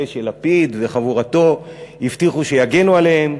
אלה שלפיד וחבורתו הבטיחו שיגנו עליהם,